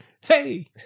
Hey